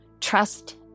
trust